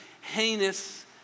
heinous